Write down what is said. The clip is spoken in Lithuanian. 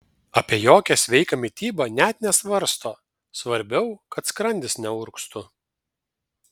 apie jokią sveiką mitybą net nesvarsto svarbiau kad skrandis neurgztų